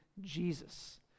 Jesus